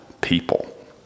people